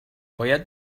باید